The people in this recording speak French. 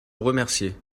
remercier